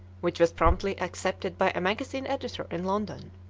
which was promptly accepted by a magazine editor in london.